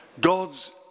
God's